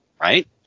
Right